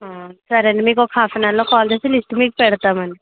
సరే అండి మీకు హాఫ్ అన్ అవర్లో కాల్ చేసి లిస్ట్ మీకు పెడతామండి